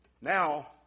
Now